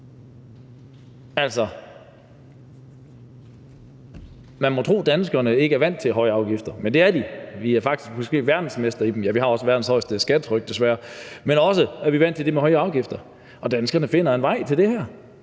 Altså, man må tro, at danskerne ikke er vant til høje afgifter, men det er de. Vi er faktisk måske verdensmestre i dem – ja, vi har også verdens højeste skattetryk, desværre, men vi er også vant til det med høje afgifter, og danskerne finder en vej til det her.